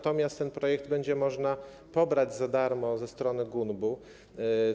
Ten projekt będzie można pobrać za darmo ze strony GUNB-u.